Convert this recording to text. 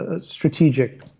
strategic